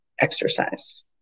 exercise